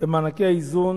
במענקי האיזון.